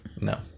No